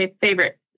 favorite